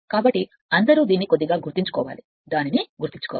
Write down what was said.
కాబట్టి అందరూ దీన్ని కొద్దిగా గుర్తుంచుకోవాలి దానిని గుర్తుంచుకోవాలి